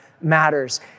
matters